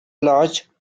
large